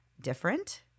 different